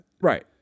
Right